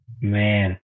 Man